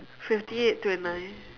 fifty eight twenty nine